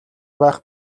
байх